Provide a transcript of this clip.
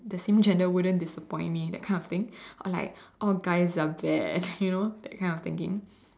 the same gender wouldn't disappoint me that kind thing or like all guys are bad you know that kind of thinking